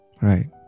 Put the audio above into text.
Right